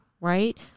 right